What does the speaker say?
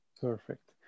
Perfect